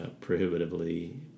prohibitively